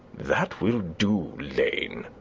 that will do, lane,